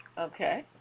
Okay